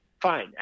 Fine